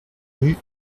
rue